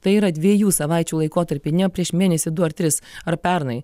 tai yra dviejų savaičių laikotarpį ne prieš mėnesį du ar tris ar pernai